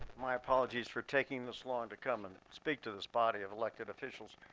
my apologies for taking this long to come and speak to this body of elected officials.